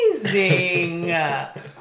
Amazing